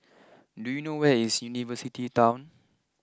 do you know where is University Town